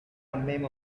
memo